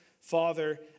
father